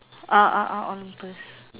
ah ah ah Olympus